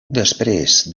després